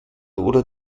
oder